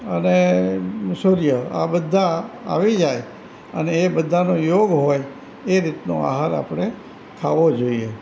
અને સૂર્ય આ બધા આવી જાય અને એ બધાનો યોગ હોય એ રીતનો આહાર આપણે ખાવો જોઇએ